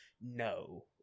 No